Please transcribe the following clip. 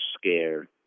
scare